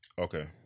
okay